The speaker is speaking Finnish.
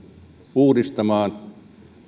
uudistamaan